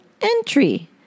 entry